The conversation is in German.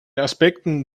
aspekten